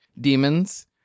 demons